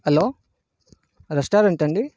hello restaurant అండి